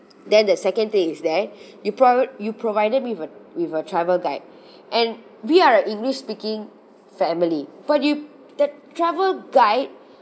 then the second thing is that you prov~ you provided me with a with a travel guide and we are a english speaking family but you that travel guide